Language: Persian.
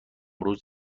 روز